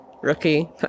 rookie